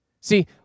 See